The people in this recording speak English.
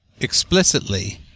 explicitly